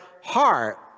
heart